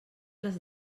les